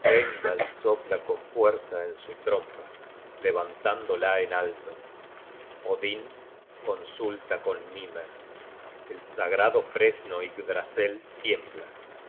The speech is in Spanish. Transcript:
sopla con fuerza en su trompa levantándola en alto odin consulta con mimer el sagrado fresno yggdrasel tiembla